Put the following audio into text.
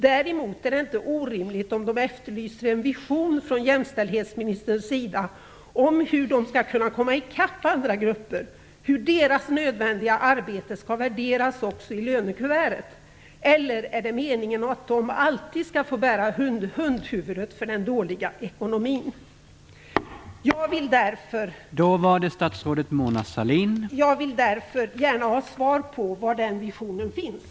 Däremot är det inte orimligt om dessa grupper efterlyser en vision från jämställdhetsministern om hur de skall kunna komma i kapp andra grupper, om hur deras nödvändiga arbete skall värderas också i lönekuvertet. Eller är det meningen att de alltid skall få bära hundhuvudet för den dåliga ekonomin? Jag vill därför gärna höra var den visionen finns.